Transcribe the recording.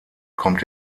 kommt